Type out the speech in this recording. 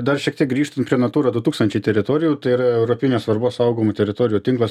dar šiek tiek grįžtan prie natūra du tūksančiai teritorijų tai yra europinės svarbos saugomų teritorijų tinklas